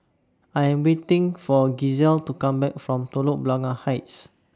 I Am waiting For Gisele to Come Back from Telok Blangah Heights